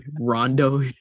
Rondo